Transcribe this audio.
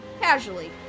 Casually